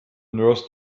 nurse